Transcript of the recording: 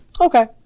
Okay